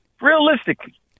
Realistically